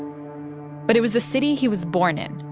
but it was the city he was born in,